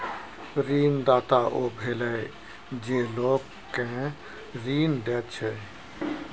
ऋणदाता ओ भेलय जे लोक केँ ऋण दैत छै